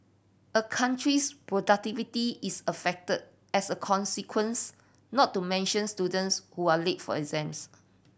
a country's productivity is affected as a consequence not to mention students who are late for exams